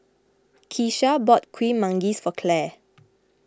Kecia bought Kuih Manggis for Claire